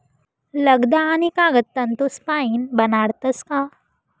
लगदा आणि कागद तंतूसपाईन बनाडतस का